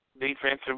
defensive